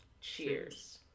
Cheers